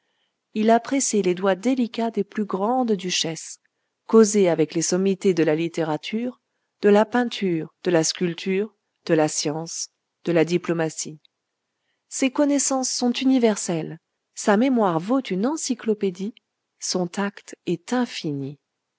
il a pressé les doigts délicats des plus grandes duchesses causé avec les sommités de la littérature de la peinture de la sculpture de la science de la diplomatie ses connaissances sont universelles sa mémoire vaut une encyclopédie son tact est infini